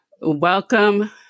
Welcome